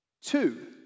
two